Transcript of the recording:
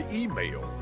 email